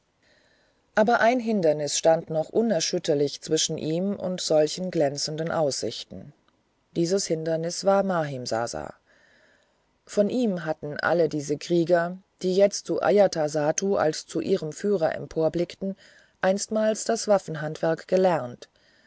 aber ein hindernis stand noch unerschütterlich zwischen ihm und solchen glänzenden aussichten dies hindernis war mahimsasa von ihm hatten alle diese krieger die jetzt zu ajatasattu als zu ihrem führer emporblickten einstmals das waffenhandwerk gelernt